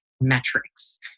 metrics